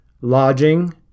lodging